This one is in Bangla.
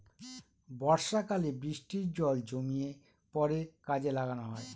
বর্ষাকালে বৃষ্টির জল জমিয়ে পরে কাজে লাগানো হয়